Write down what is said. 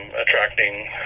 attracting